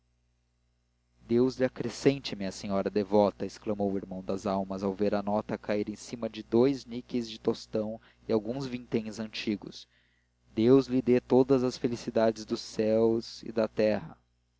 deus lhe acrescente minha senhora devota exclamou o irmão das almas ao ver a nota cair em cima de dous níqueis de tostão e alguns vinténs antigos deus lhe dê todas as felicidades do céu e da terra